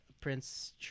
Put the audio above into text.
Prince